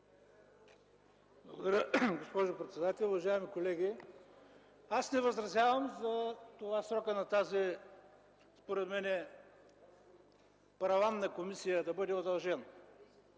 Уважаема госпожо председател, уважаеми колеги! Аз не възразявам срокът на тази според мен параванна комисия, да бъде удължен.